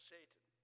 Satan